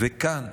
וכאן,